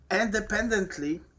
independently